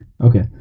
Okay